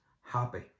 happy